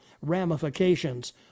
ramifications